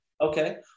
Okay